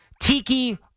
Tiki